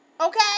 Okay